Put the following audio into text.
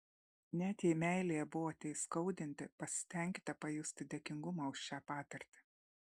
net jei meilėje buvote įskaudinti pasistenkite pajusti dėkingumą už šią patirtį